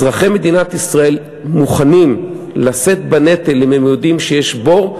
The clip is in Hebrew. אזרחי מדינת ישראל מוכנים לשאת בנטל אם הם יודעים שיש בור,